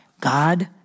God